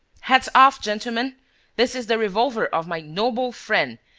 hats off, gentlemen this is the revolver of my noble friend,